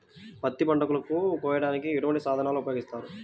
పత్తి పంటను కోయటానికి ఎటువంటి సాధనలు ఉపయోగిస్తారు?